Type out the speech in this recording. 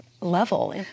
level